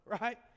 right